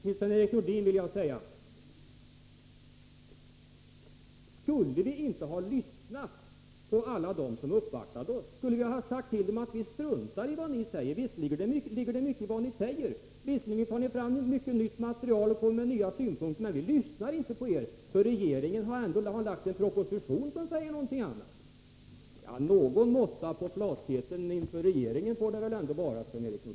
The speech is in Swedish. Till Sven-Erik Nordin vill jag säga: Skulle vi inte ha lyssnat på alla dem som uppvaktat oss? Skulle vi ha sagt till dem att vi struntar i det ni säger? Visserligen ligger det mycket i det ni säger, visserligen tar ni fram mycket nytt material och kommer med nya synpunkter, men vi lyssnar inte på er, för regeringen har lagt fram en proposition som säger någonting annat. Någon måtta på flatheten inför regeringen får det väl ändå vara, Sven-Erik Nordin.